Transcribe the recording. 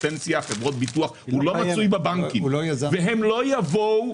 פנסיה חברות ביטוח הוא לא מצוי בבנקים והם לא יבואו,